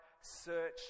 search